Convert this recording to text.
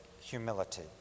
humility